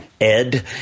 Ed